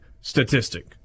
statistic